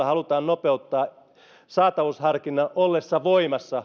halutaan nopeuttaa saatavuusharkinnan ollessa voimassa